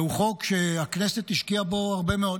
זהו חוק שהכנסת השקיעה בו הרבה מאוד.